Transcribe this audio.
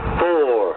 four